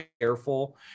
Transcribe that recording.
careful